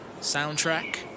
soundtrack